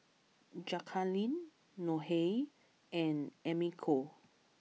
Jacalyn Nohely and Americo